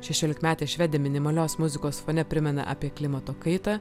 šešiolikmetė švedė minimalios muzikos fone primena apie klimato kaitą